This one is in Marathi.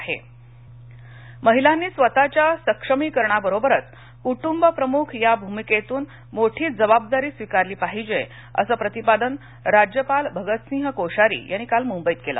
एस एन डी टी दीक्षांत समारंभ महिलांनी स्वतच्या सक्षमीकरणाबरोबरच कूटंब प्रमुख या भूमिकेतून मोठी जबाबदारी स्वीकारली पाहिजे असं प्रतिपादन राज्यपाल भगत सिंह कोश्यारी यांनी काल मुंबईत केलं